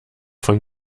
von